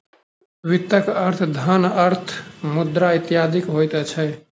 वित्तक अर्थ धन, अर्थ, मुद्रा इत्यादि होइत छै